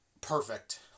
perfect